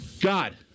God